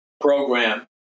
program